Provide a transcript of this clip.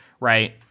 right